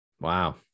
Wow